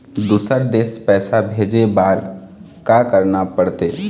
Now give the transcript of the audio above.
दुसर देश पैसा भेजे बार का करना पड़ते?